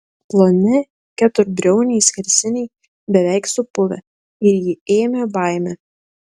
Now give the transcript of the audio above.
ploni keturbriauniai skersiniai beveik supuvę ir jį ėmė baimė